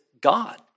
God